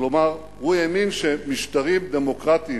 כלומר, הוא האמין שמשטרים דמוקרטיים